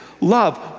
love